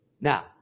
Now